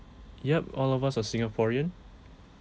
yup all of us are singaporean